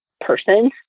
person